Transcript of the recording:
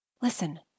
listen